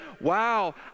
wow